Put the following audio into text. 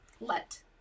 Let